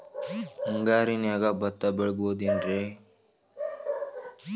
ಮುಂಗಾರಿನ್ಯಾಗ ಭತ್ತ ಬೆಳಿಬೊದೇನ್ರೇ?